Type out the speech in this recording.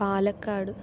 Palakkad